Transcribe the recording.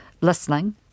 listening